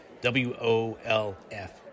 W-O-L-F